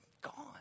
Gone